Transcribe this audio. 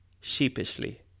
sheepishly